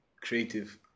Creative